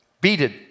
Beaded